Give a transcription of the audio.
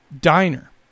diner